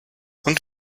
und